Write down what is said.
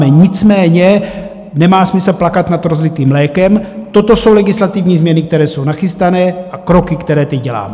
Nicméně nemá smysl plakat nad rozlitým mlékem, toto jsou legislativní změny, které jsou nachystané, a kroky, které teď děláme.